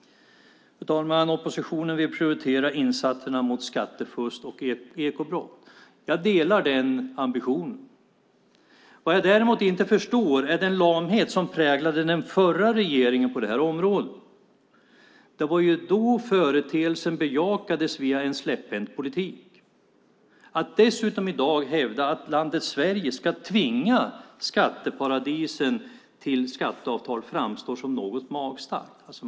Fru talman! Oppositionen vill prioritera insatserna mot skattefusk och ekobrott. Jag delar den ambitionen. Vad jag däremot inte förstår är den lamhet som präglade den förra regeringen på det här området. Det var ju då företeelsen bejakades via en släpphänt politik. Att dessutom i dag hävda att landet Sverige ska tvinga skatteparadisen till skatteavtal framstår något magstarkt.